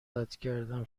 دعاکردم